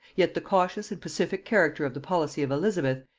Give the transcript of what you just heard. yet the cautious and pacific character of the policy of elizabeth,